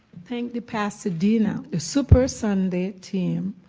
thank the pasadena, the super sunday team.